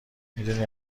میدونی